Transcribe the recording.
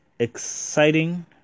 Exciting